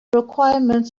requirements